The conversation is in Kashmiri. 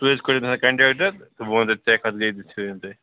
تُہۍ حظ کَرِو تَمہِ ساتہٕ کَنٹیکٹہٕ تہٕ بہٕ وَنہٕ تۄہہِ تۄہہِ کَتھ گَلی چھُ یُن تۄہہِ